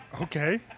okay